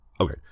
Okay